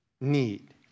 need